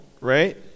right